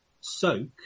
soak